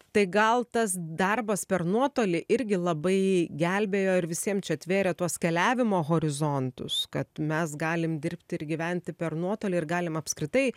tai gal tas darbas per nuotolį irgi labai gelbėjo ir visiem čia atvėrė tuos keliavimo horizontus kad mes galim dirbti ir gyventi per nuotolį ir galim apskritai